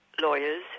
lawyers